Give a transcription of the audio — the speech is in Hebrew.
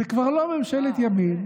זאת כבר לא ממשלת ימין,